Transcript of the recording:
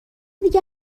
دیگه